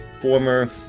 former